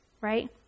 right